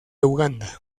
uganda